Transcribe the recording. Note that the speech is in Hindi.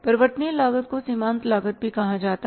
परिवर्तनीय लागत को सीमांत लागत भी कहा जाता है